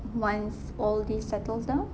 once all this settles down